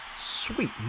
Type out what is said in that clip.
sweet